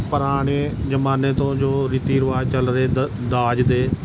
ਪੁਰਾਣੇ ਜਮਾਨੇ ਤੋਂ ਜੋ ਰੀਤੀ ਰਿਵਾਜ਼ ਚੱਲ ਰਹੇ ਦ ਦਾਜ ਦੇ